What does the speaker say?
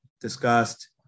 discussed